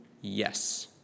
yes